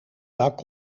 dak